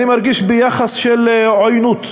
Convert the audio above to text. אני מרגיש יחס של עוינות.